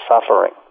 suffering